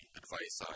advice